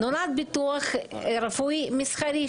נולד ביטוח רפואי מסחרי,